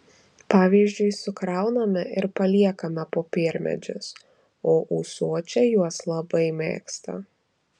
pavyzdžiui sukrauname ir paliekame popiermedžius o ūsočiai juos labai mėgsta